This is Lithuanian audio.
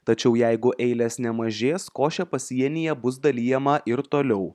tačiau jeigu eilės nemažės košė pasienyje bus dalijama ir toliau